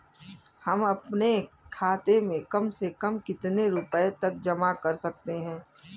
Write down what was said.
हम अपने खाते में कम से कम कितने रुपये तक जमा कर सकते हैं?